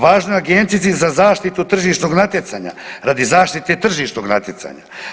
Važno je Agenciji za zaštitu tržišnog natjecanja radi zaštite tržišnog natjecanja.